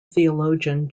theologian